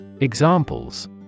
Examples